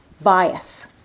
bias